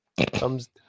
thumbs